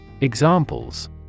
Examples